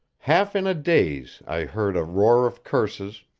half in a daze i heard a roar of curses,